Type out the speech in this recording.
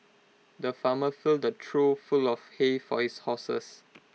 the farmer filled A trough full of hay for his horses